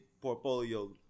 portfolio